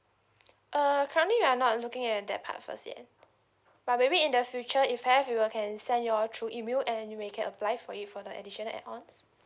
err currently we are not looking at that part first yet but maybe in the future if have we will can send you all through email and you may can apply for it for the additional add-ons